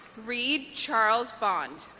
reed charles bond